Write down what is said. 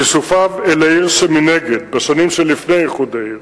כיסופיו אל העיר שמנגד בשנים שלפני איחוד העיר,